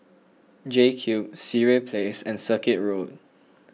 JCube Sireh Place and Circuit Road